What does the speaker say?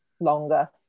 longer